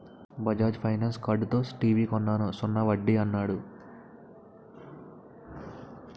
Bajaj finance కార్డుతో TV కొన్నాను సున్నా వడ్డీ యన్నాడు